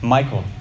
Michael